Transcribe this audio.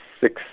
six